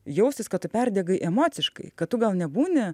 jaustis kad tu perdegai emociškai kad tu gal nebūni